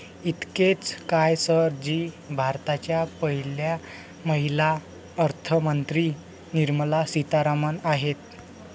इतकेच काय, सर जी भारताच्या पहिल्या महिला अर्थमंत्री निर्मला सीतारामन आहेत